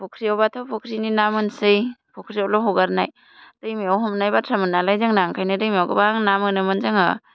फ'ख्रियावबाथ' फ'ख्रिनि ना मोनसै फ'ख्रियावल' हगारनाय दैमायाव हमनाय बाथ्रामोन नालाय जोंना ओंखायनो दैमायाव गोबां ना मोनोमोन जोङो